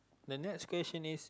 the next question is